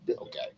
Okay